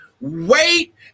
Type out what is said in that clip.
wait